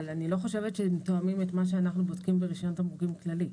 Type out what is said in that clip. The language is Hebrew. אני לא חושבת שהם תואמים את מה שאנחנו בודקים ברישיון תמרוקים כללי.